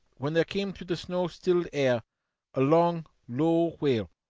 when there came through the snow-stilled air a long, low wail,